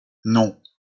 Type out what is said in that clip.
non